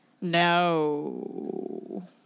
No